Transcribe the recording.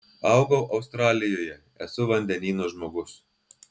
augau australijoje esu vandenyno žmogus